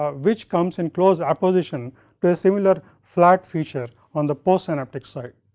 ah which comes in close apposition to a similar flat feature on the postsynaptic side.